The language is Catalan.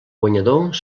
guanyador